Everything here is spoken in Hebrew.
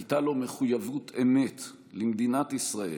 הייתה לו מחויבות אמת למדינת ישראל,